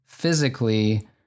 Physically